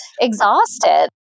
exhausted